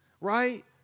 right